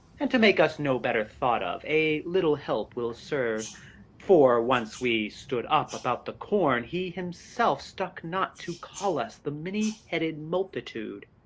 and to make us no better thought of, a little help will serve for once we stood up about the corn, he himself stuck not to call us the many-headed multitude.